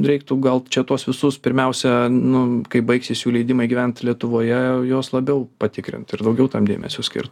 reiktų gal čia tuos visus pirmiausia nu kai baigsis jų leidimai gyvent lietuvoje juos labiau patikrint ir daugiau tam dėmesio skirt